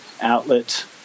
outlet